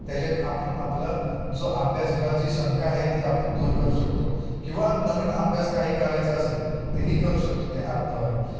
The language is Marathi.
त्याच्यान आपण आपलं जो आभ्यास किंवा जी शंका आहे ती आपण दूर करू शकतो किंवा नवीन अभ्यास काही करायचं असेल ती करू शकतो ते ॲपद्वारे